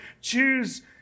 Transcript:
choose